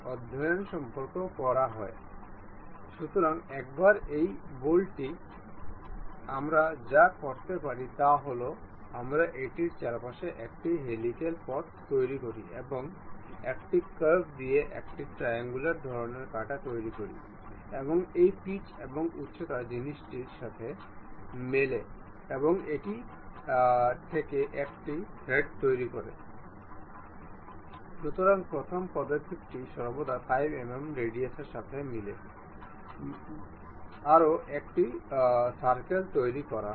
এটি সক্ষম করার জন্য আমরা এই বলটিতে যাব এবং আমরা স্কেচ অংশটি নির্বাচন করব এবং আমরা এটি প্রদর্শন করব এবং একইভাবে সুইপের এই বিশেষ স্লাইডের স্কেচে যাব